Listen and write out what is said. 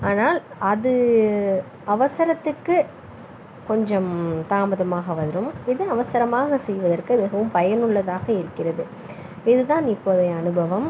ஆனால் அது அவசரத்துக்கு கொஞ்சம் தாமதமாக வரும் இது அவசரமாக செய்வதற்கு மிகவும் பயனுள்ளதாக இருக்கிறது இதுதான் இப்போது என் அனுபவம்